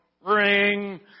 Ring